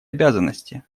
обязанности